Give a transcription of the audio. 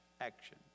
Action